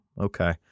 okay